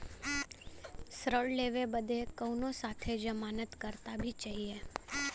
ऋण लेवे बदे कउनो साथे जमानत करता भी चहिए?